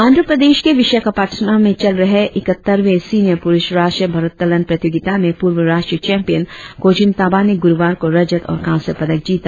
आंध्रप्रदेश के विशाखापट्नम में चल रहे इकहत्तरवें सिनियर पुरुष राष्ट्रीय भोरोत्तोलन प्रतियोगिता में पूर्व राष्ट्रीय चैंपियन कोजूम ताबा ने गुरुवार को रजत और कास्य पदक जीता